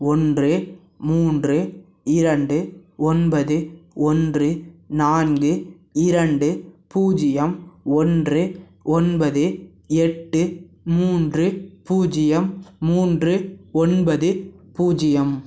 ஒன்று மூன்று இரண்டு ஒன்பது ஒன்று நான்கு இரண்டு பூஜ்ஜியம் ஒன்று ஒன்பது எட்டு மூன்று பூஜ்ஜியம் மூன்று ஒன்பது பூஜ்ஜியம்